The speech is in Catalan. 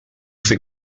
fer